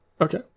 Okay